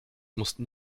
mussten